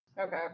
Okay